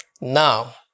Now